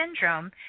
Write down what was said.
syndrome